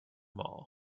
mall